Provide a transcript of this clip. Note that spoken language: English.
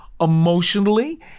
emotionally